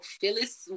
Phyllis